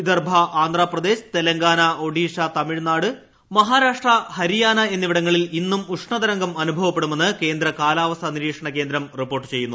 വിദർഭ ആന്ധ്രാപ്രദേശ് തെലങ്കാന ഒഡീഷ തമിഴ്നാട് മഹാരാഷ്ട്ര ഹരിയാന എന്നിവിടങ്ങളിൽ ഇന്നും ഉഷ്ണതരംഗം അനുഭവപ്പെടുമെന്ന് കേന്ദ്ര കാലാവസ്ഥാഫ്യിർട്ടീക്ഷണ കേന്ദ്രം റിപ്പോർട്ട് ചെയ്യുന്നു